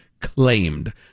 claimed